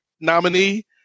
nominee